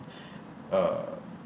uh